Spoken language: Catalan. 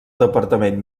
departament